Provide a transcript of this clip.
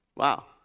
Wow